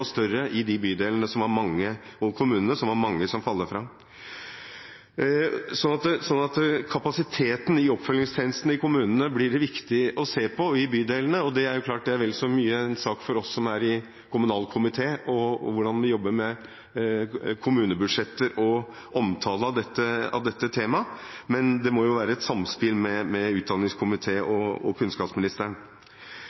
enda større i de bydelene og kommunene som har mange som faller fra. Kapasiteten i oppfølgingstjenesten i kommunene og i bydelene blir det viktig å se på. Det er klart at det er vel så mye en sak for oss som er i kommunal- og forvaltningskomiteen, hvordan vi jobber med kommunebudsjetter og omtale av dette temaet, men det må være et samspill med kirke-, utdannings- og forskningskomiteen og kunnskapsministeren. Det siste punktet jeg vil ta opp, gjelder samspillet med